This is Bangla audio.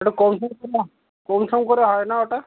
ওটা কম কম সম করে হয় না ওটা